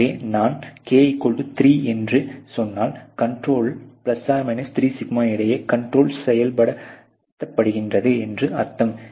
எனவே நான் k3 என்று சொன்னால் கண்ட்ரோல் ±3σ இடையே கண்ட்ரோல் செயல்படுத்தப்படுகிறது என்று அர்த்தம்